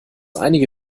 einige